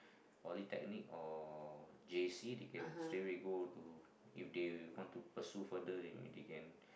polytechnic or J_C they can straight away go to if they want to pursue further in the end